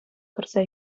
тӑрса